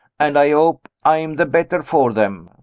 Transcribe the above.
and i hope i am the better for them.